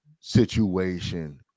situation